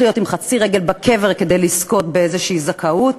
להיות כמעט עם חצי רגל בקבר כדי לזכות באיזושהי זכאות,